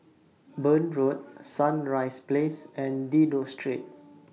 Burn Road Sunrise Place and Dido Street